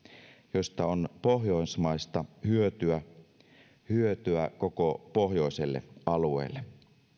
joista on pohjoismaista hyötyä hyötyä koko pohjoiselle alueelle